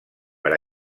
per